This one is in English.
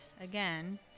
again